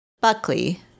Buckley